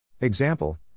Example